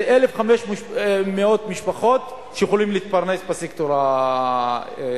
זה 1,500 משפחות שיכולות להתפרנס בסקטור האזרחי,